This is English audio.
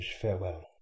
farewell